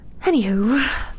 Anywho